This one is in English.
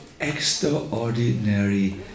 extraordinary